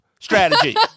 strategy